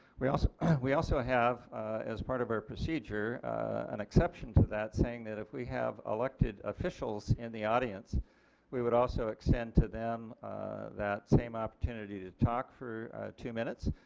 we also we also have as part of our procedure and exception to that saying that we have elected officials in the audience we would also extend to them that same opportunity to talk for two minutes